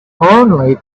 only